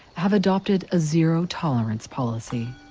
have adopted a zero-tolerance policy.